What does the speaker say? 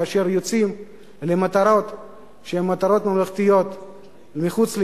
כאשר הם יוצאים למטרות שהן מטרות ממלכתיות מחוץ לישראל,